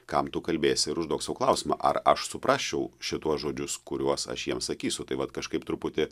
kam tu kalbėsi ir užduok sau klausimą ar aš suprasčiau šituos žodžius kuriuos aš jiem sakysiu tai vat kažkaip truputį